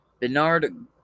Bernard